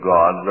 God